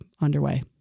underway